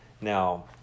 Now